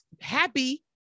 happy